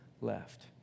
left